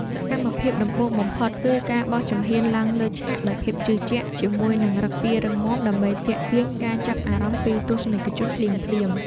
សកម្មភាពដំបូងបំផុតគឺការបោះជំហានឡើងលើឆាកដោយភាពជឿជាក់ ជាមួយនឹងឫកពារឹងមាំ ដើម្បីទាក់ទាញការចាប់អារម្មណ៍ពីទស្សនិកជនភ្លាមៗ។